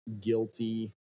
guilty